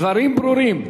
הדברים ברורים.